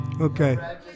Okay